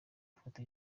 fata